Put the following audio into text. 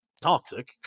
toxic